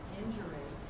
injury